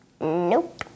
Nope